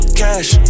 cash